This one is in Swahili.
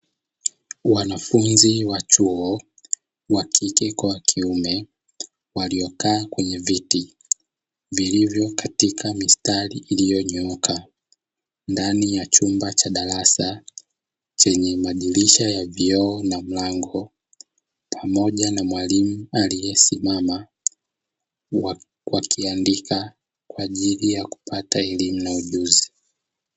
Wanafunzi wa chuo, wa kike kwa wa kiume waliokaa kwenye viti vilivyo katika mistari iliyonyooka ndani ya chumba cha darasa chenye madirisha ya vioo na mlango pamoja na mwalimu aliyesimama wakiandika kwa ajili ya kupata elimu na ujuzi.